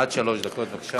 עד שלוש דקות, בבקשה.